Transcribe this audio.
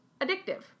addictive